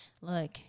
look